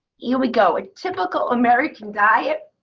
here we go. a typical american diet,